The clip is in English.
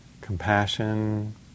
compassion